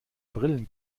brillen